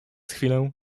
chwilę